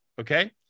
okay